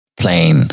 plane